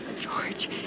George